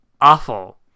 awful